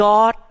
God